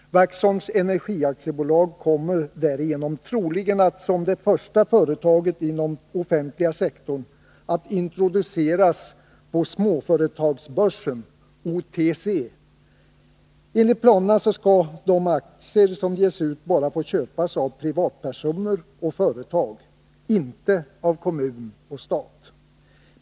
Vaxholms Energi AB kommer därigenom troligen att som första företag inom den offentliga sektorn introduceras på småföretagsbörsen . Enligt planerna skall de aktier som ges ut få köpas bara av privatpersoner och företag, inte av kommun och stat.